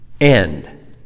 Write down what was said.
end